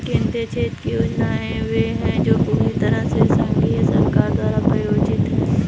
केंद्रीय क्षेत्र की योजनाएं वे है जो पूरी तरह से संघीय सरकार द्वारा प्रायोजित है